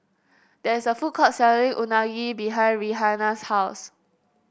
there is a food court selling Unagi behind Rihanna's house